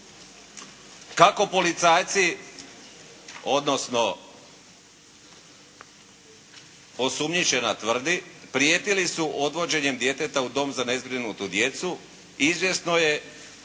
Kako policajci, odnosno osumnjičena tvrdi, prijetili su odvođenjem djeteta u dom za nezbrinutu djecu, izvjesno je